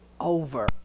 over